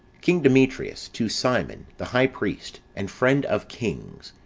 king demetrius to simon, the high priest, and friend of kings,